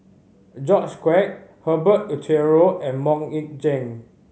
George Quek Herbert Eleuterio and Mok Ying Jang